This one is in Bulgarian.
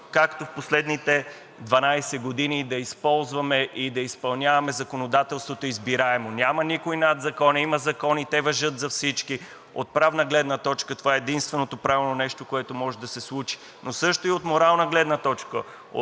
както в последните 12 години, да използваме и да изпълняваме законодателството избираемо. Няма никой над закона. Има закони и те важат за всички. Това е единственото правилно нещо, което може да се случи, но също и от морална гледна точка,